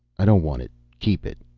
i don't want it. keep it.